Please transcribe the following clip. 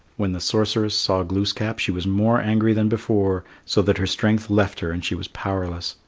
when the sorceress saw glooskap, she was more angry than before, so that her strength left her and she was powerless.